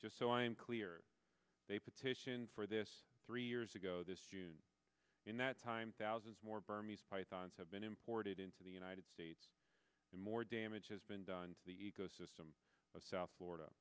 just so i'm clear they petitioned for this three years ago this june in that time thousands more burma's pythons have been imported into the united states and more damage has been done to the ecosystem of south florida